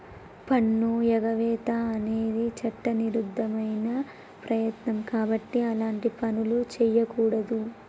పన్నుఎగవేత అనేది చట్టవిరుద్ధమైన ప్రయత్నం కాబట్టి అలాంటి పనులు చెయ్యకూడదు